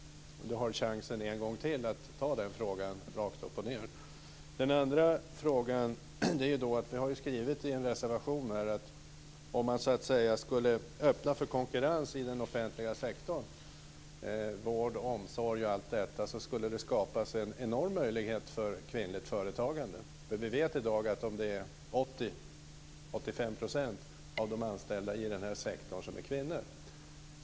Hon har chansen en gång till att svara på den frågan rakt upp och ned. Den andra frågan gällde att vi har skrivit i en reservation att om man öppnade för konkurrens i den offentliga sektorn - vård, omsorg och allt detta - skulle det skapas enorma möjligheter för kvinnligt företagande. Vi vet i dag att 80-85 % av de anställda i den sektorn är kvinnor.